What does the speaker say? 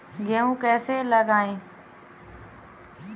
गेहूँ कैसे लगाएँ?